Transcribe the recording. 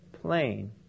plane